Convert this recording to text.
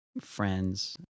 friends